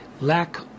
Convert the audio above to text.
lack